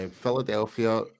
Philadelphia